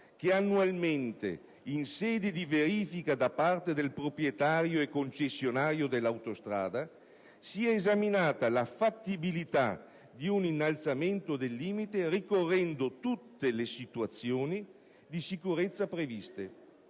che annualmente, in sede di verifica da parte del proprietario e concessionario dell'autostrada, sia esaminata la fattibilità di un innalzamento del limite ricorrendo tutte le situazioni di sicurezza prevista,